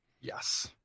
Yes